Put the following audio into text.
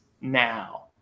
now